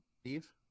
Steve